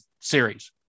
series